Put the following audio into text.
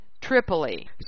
Tripoli